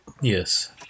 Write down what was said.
Yes